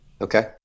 Okay